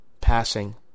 passing